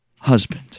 husband